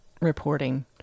reporting